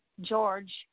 George